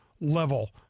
level